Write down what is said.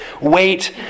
wait